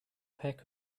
peck